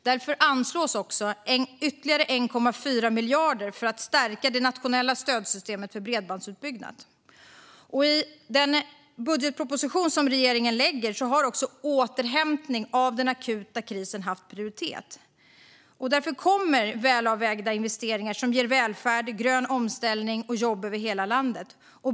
Därför anslås också ytterligare 1,4 miljarder för att stärka det nationella stödsystemet för bredbandsutbyggnad. I den budgetproposition som regeringen har lagt fram har också återhämtning av den akuta krisen haft prioritet. Därför kommer välavvägda investeringar som ger välfärd, grön omställning och jobb över hela landet.